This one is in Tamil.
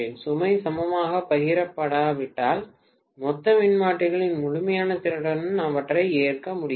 சுமை சமமாகப் பகிரப்படாவிட்டால் மொத்த மின்மாற்றிகளின் முழுமையான திறனுடன் அவற்றை ஏற்ற முடியாது